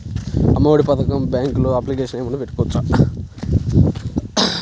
అమ్మ ఒడి పథకంకి బ్యాంకులో అప్లికేషన్ ఏమైనా పెట్టుకోవచ్చా?